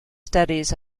studies